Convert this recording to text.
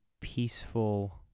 peaceful